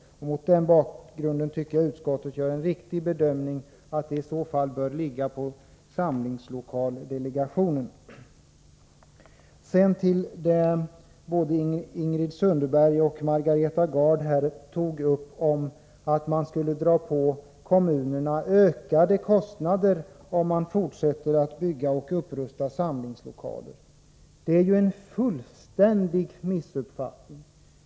Mot den bakgrunden tycker jag att utskottets bedömning är riktig: att det bör åligga samlingslokaldelegationen att fatta beslut. Både Ingrid Sundberg och Margareta Gard sade att det skulle bli ökade kostnader för kommunerna, om byggandet och upprustningen av samlingslo kaler fortsatte. Men det är en fullständig missuppfattning.